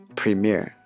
premiere